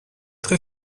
très